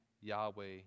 Yahweh